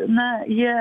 na jie